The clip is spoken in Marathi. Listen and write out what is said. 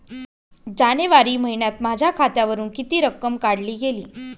जानेवारी महिन्यात माझ्या खात्यावरुन किती रक्कम काढली गेली?